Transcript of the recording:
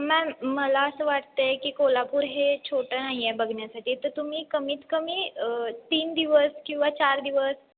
ma'am मला असं वाटत आहे की कोल्हापूर हे छोटं नाही आहे बघण्यासाठी तर तुम्ही कमीत कमी तीन दिवस किंवा चार दिवस